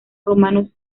romanos